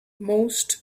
most